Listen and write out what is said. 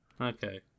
Okay